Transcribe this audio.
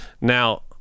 Now